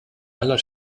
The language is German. aller